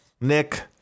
Nick